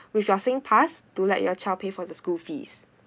with your sing pass to let your child pay for the school fees